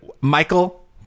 Michael